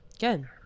Good